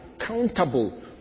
accountable